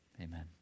Amen